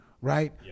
right